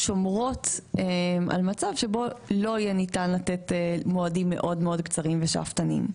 שומרים על מצב שבו לא יהיה ניתן לתת מועדים מאוד מאוד קצרים ושאפתניים.